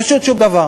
פשוט שום דבר.